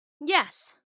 Yes